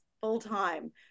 full-time